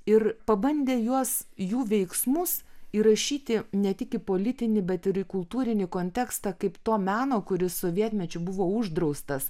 ir pabandė juos jų veiksmus įrašyti ne tik į politinį bet ir į kultūrinį kontekstą kaip to meno kuris sovietmečiu buvo uždraustas